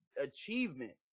achievements